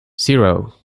zero